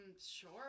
sure